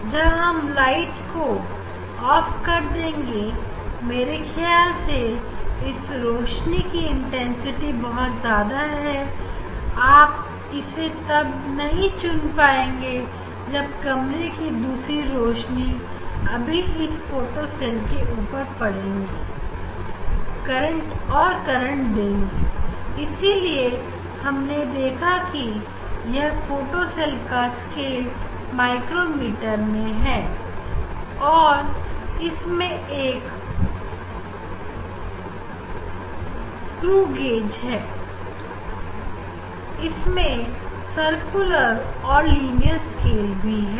जब हम लाइट को ऑफ कर देंगे मेरे ख्याल से इस रोशनी की इंटेंसिटी बहुत ज्यादा है आप इसे तब नहीं चुन पाएंगे जब कमरे की दूसरी रोशनी अभी इस फोटो सेल के ऊपर पड़ेगी और करंट देंगी इसीलिए हमने देखा कि यह फोटो सेल का स्केल माइक्रोमीटर में है और इसमें एक स्क्रूगेज है जिसमें सर्कुलर और लिनियर स्केल है